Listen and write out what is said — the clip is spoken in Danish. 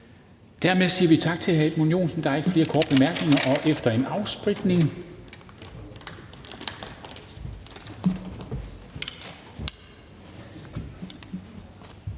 Dermed siger vi tak til hr. Edmund Joensen. Der er ikke flere korte bemærkninger. Så er det hr.